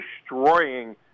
destroying